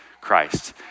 Christ